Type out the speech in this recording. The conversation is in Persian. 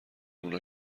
اونا